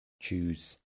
choose